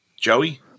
Joey